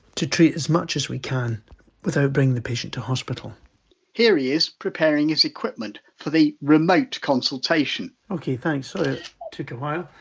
to treat as much as we can without bringing the patient to hospital here he is preparing his equipment for the remote consultation okay, thanks, sorry so that took a while.